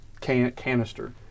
canister